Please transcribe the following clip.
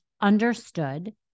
understood